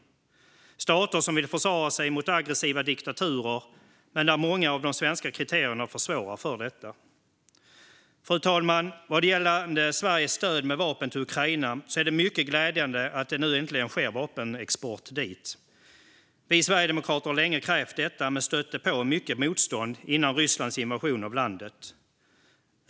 Detta är stater som vill försvara sig mot aggressiva diktaturer, men många av de svenska kriterierna försvårar detta. Fru talman! Vad gäller Sveriges stöd med vapen till Ukraina är det mycket glädjande att det nu äntligen sker vapenexport dit. Vi sverigedemokrater har länge krävt detta men stötte på mycket motstånd före Rysslands invasion av landet.